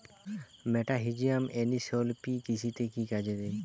মেটাহিজিয়াম anisopliae কৃষিতে কি কাজে দেয়?